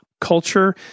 culture